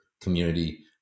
community